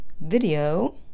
video